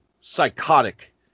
psychotic